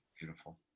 Beautiful